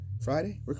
Friday